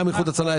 גם את איחוד הצלה.